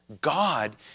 God